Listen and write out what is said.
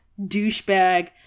douchebag